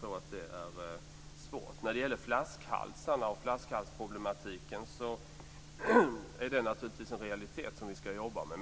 Jag tror att det är svårt. Flaskhalsar och flaskhalsproblematiken är naturligtvis en realitet som vi ska jobba med.